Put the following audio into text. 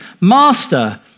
Master